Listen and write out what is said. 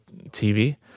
TV